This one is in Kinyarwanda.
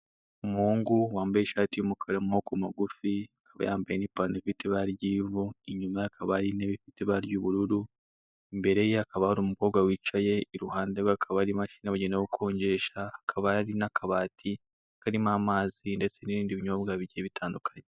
Umuhungu wambaye ishati y'umukara y'amaboko magufi, akaba yambaye n'ipantalo ifite ibara ry'ivu, inyuma ye hakaba hari intebe ifite ibara ry'ubururu, imbere ye hakaba hari umukobwa wicaye, iruhande rwe hakaba hari imashini yabugenewe yo gukonjesha, hakaba hari n'akabati karimo amazi, ndetse n'ibindi binyobwa bigiye bitandukanye.